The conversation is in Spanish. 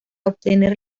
obtener